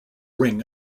ring